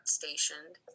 stationed